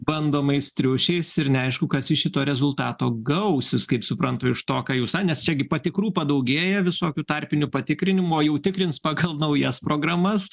bandomais triušiais ir neaišku kas iš šito rezultato gausis kaip suprantu iš to ką jūs nes čia gi patikrų padaugėja visokių tarpinių patikrinimų o jau tikrins pagal naujas programas